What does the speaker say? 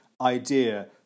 idea